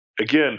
again